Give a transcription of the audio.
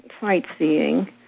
sightseeing